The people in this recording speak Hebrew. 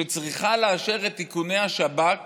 שצריכה לאשר את איכוני השב"כ